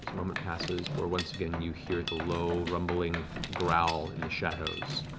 moment passes, where once again you hear the low, rumbling growl in the shadows.